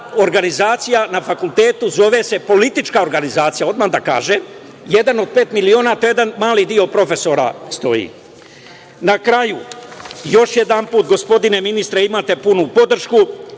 organizacija na fakultetu zove se „politička organizacija“, odmah da kažem. „Jedan od pet miliona“, to jedan mali deo profesora stoji. Na karaju, još jedan put, gospodine ministre, imate punu podršku.